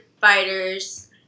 fighters